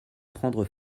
prendre